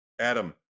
Adam